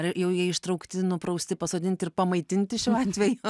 ar jau jie ištraukti nuprausti pasodinti ir pamaitinti šiuo atveju